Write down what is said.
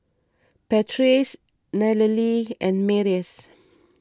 Patrice Nallely and Marius